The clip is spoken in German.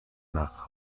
nach